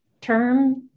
term